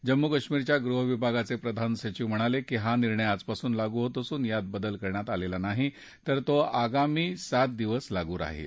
जम्मू कश्मीरच्या गृह विभागाचे प्रधान सचिव म्हणाले की हा निर्णय आजपासून लागू होत असून यांत बदल करण्यात आला नाही तर तो आगामी सात दिवस लागू राहील